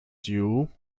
you